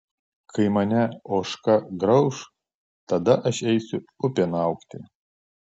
kai mane ožka grauš tada aš eisiu upėn augti